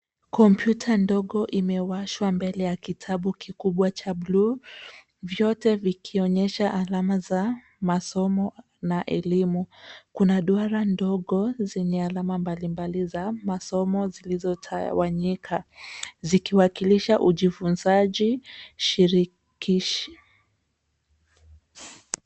Kompyuta ndogo imewashwa mbele ya kitabu kikubwa cha buluu. Vyote vikionyesha alama za masomo na elimu. Kuna duara ndogo zenye alama mbalimbali za masomo zilizotawanyika, zikiwakilisha ujifunzaji shirikishi.